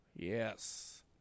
Yes